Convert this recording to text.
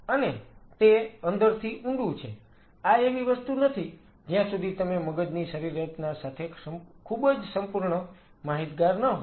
અને તે અંદરથી ઊંડું છે આ એવી વસ્તુ નથી જ્યાં સુધી તમે મગજની શરીરરચના સાથે ખૂબ જ સંપૂર્ણ માહિતગાર ન હોવ